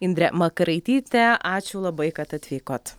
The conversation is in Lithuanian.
indrė makaraitytė ačiū labai kad atvykot